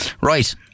right